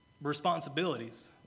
responsibilities